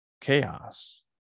chaos